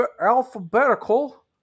alphabetical